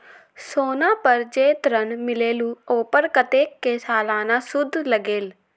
सोना पर जे ऋन मिलेलु ओपर कतेक के सालाना सुद लगेल?